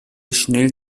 schnell